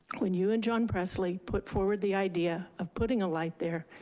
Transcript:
when you and john presley put forward the idea of putting a light there,